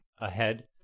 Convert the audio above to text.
ahead